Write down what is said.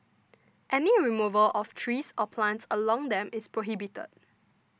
any removal of trees or plants along them is prohibited